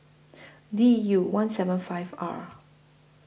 D U one seven five R